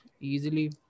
easily